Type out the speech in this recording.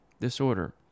Disorder